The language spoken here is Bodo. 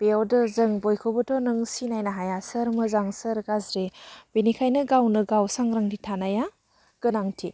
बेयावथ' जों बयखौबोथ' नों सिनायनो हाया सोर मोजां सोर गाज्रि बेनिखायनो गावनो गाव सांग्रांथि थानाया गोनांथि